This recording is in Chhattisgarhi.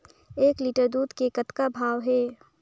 एक लिटर दूध के कतका भाव हे?